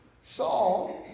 Saul